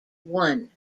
one